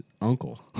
uncle